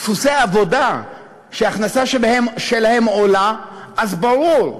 דפוסי עבודה שההכנסה שלהם עולה, אז ברור,